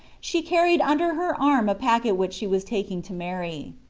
she carried under her arm a packet which she was taking to mary.